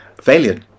Failure